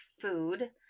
food